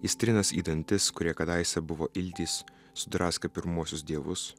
is trinas į dantis kurie kadaise buvo iltys sudraskę pirmuosius dievus